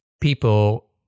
people